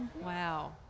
Wow